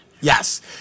Yes